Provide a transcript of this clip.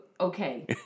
okay